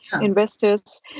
investors